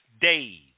days